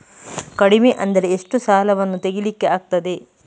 ಕಡಿಮೆ ಅಂದರೆ ಎಷ್ಟು ಸಾಲವನ್ನು ತೆಗಿಲಿಕ್ಕೆ ಆಗ್ತದೆ?